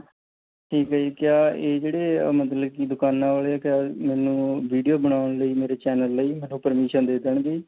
ਠੀਕ ਹੈ ਜੀ ਕਿਆ ਇਹ ਜਿਹੜੇ ਮਤਲਬ ਕੀ ਦੁਕਾਨਾਂ ਵਾਲੇ ਕਿਆ ਮੈਨੂੰ ਵੀਡੀਓ ਬਣਾਉਣ ਲਈ ਮੇਰੇ ਚੈੱਨਲ ਲਈ ਮੈਨੂੰ ਪਰਮਿਸ਼ਨ ਦੇ ਦੇਣਗੇ